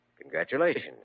Congratulations